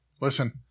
Listen